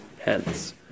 hence